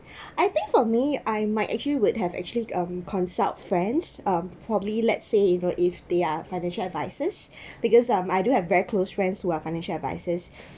I think for me I might actually would have actually um consult friends um probably let say you know if they are financial advisers because um I do have very close friends who are financial advisers